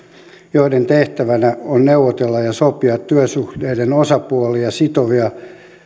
joiden tehtävänä on neuvotella ja sopia työsuhteiden osapuolia sitovia